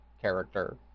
character